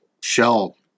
shell